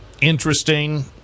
interesting